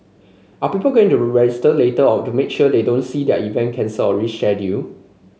are people going to register later of to make sure they don't see their event cancelled or rescheduled